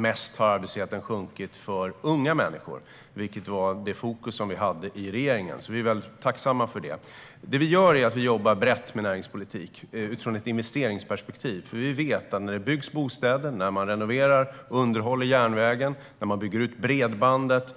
Mest har arbetslösheten sjunkit för unga människor. Det var det fokus vi i regeringen hade, så vi är tacksamma för det. Det vi gör är att vi jobbar brett med näringspolitik utifrån ett investeringsperspektiv eftersom vi vet att när det byggs bostäder, när man renoverar och underhåller järnvägen, när man bygger ut bredbandet